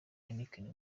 heineken